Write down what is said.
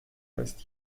heißt